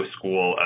School